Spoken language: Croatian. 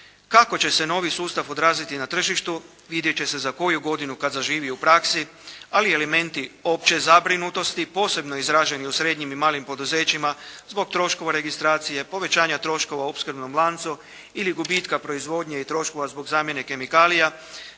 kako će se novi sustav odraziti na tržištu vidjet će se za koju godinu kad zaživi u praksi, ali elementi opće zabrinutosti posebno izraženi u srednjim i malim poduzećima zbog troškova registracije, povećanja troškova u opskrbnom lancu ili gubitka proizvodnje i troškova zbog zamjene kemikalija